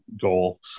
goal